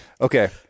Okay